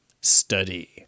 study